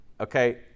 Okay